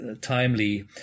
timely